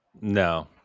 No